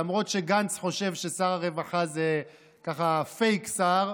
למרות שגנץ חושב ששר הרווחה זה פייק שר,